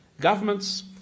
Governments